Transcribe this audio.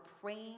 praying